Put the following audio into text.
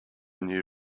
new